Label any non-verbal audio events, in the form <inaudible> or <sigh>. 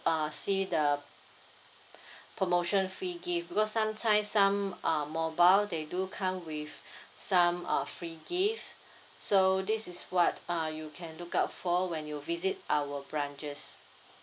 uh see the <breath> promotion free gift because sometimes some um mobile they do come with <breath> some uh free gift so this is what uh you can look out for when you visit our branches